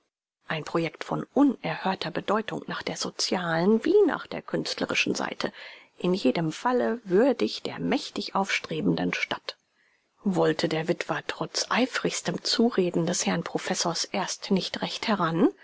ein projekt von unerhörter bedeutung nach der sozialen wie nach der künstlerischen seite in jedem falle würdig der mächtig aufstrebenden stadt wollte der witwer trotz eifrigstem zureden des herrn professors erst nicht recht heran